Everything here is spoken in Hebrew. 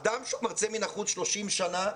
אדם שמרצה מן החוץ 30 שנה,